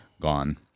gone